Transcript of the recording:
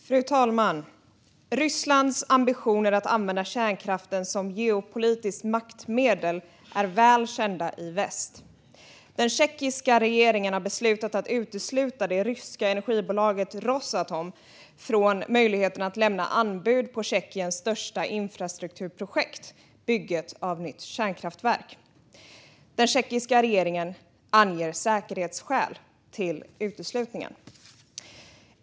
Fru talman! Rysslands ambitioner att använda kärnkraften som geopolitiskt maktmedel är välkända i väst. Den tjeckiska regeringen har beslutat att utesluta det ryska energibolaget Rosatom från möjligheten att lämna anbud på Tjeckiens största infrastrukturprojekt, bygget av nytt kärnkraftverk. Den tjeckiska regeringen anger säkerhetsskäl till uteslutningen.